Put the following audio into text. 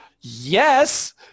Yes